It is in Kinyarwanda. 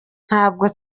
ntabwo